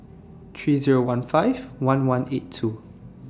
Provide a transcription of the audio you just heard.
three Zero one five one one eight two